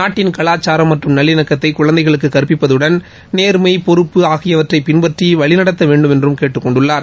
நாட்டின் கலாச்சாரம் மற்றும் நல்லிணக்கத்தை குழந்தைகளுக்கு கற்பிப்பதுடன் நேர்மை பொறுப்பு ஆகியவற்றை பின்பற்றி வழிநடத்த வேண்டுமென கேட்டுக் கொண்டுள்ளார்